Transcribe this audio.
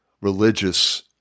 religious